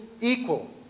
equal